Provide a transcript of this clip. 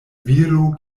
viro